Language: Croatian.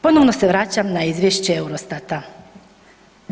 Ponovno se vraćam na izvješće EUROSTAT-a.